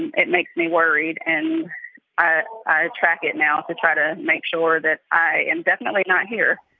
and it makes me worried. and i i track it now to try to make sure that i am definitely not here.